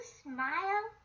smile